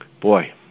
boy